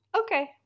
Okay